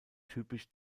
typisch